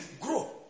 Grow